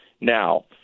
Now